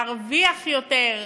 להרוויח יותר,